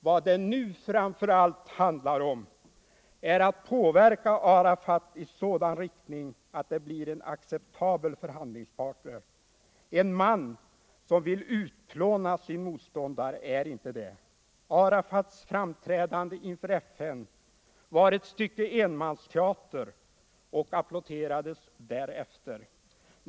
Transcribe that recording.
Vad det nu framför allt handlar om är att påverka Arafat i sådan riktning, att han blir en acceptabel förhandlingspartner. En man som vill utplåna sin motståndare är inte det. Hans framträdande inför FN var ett stycke dramatisk enmansteater och applåderades därefter.